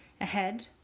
Ahead